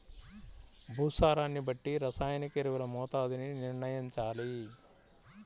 భూసారాన్ని బట్టి రసాయనిక ఎరువుల మోతాదుని నిర్ణయంచాలి